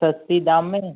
सस्ते दाम में